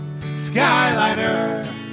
Skyliner